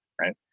right